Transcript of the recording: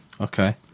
Okay